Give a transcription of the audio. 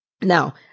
Now